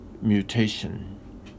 mutation